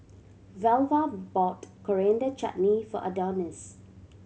Velva bought Coriander Chutney for Adonis